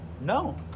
No